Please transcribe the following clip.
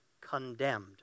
condemned